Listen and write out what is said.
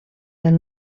del